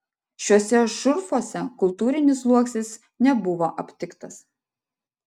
šiuose šurfuose kultūrinis sluoksnis nebuvo aptiktas